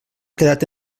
quedat